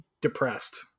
depressed